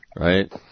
Right